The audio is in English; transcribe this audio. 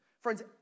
Friends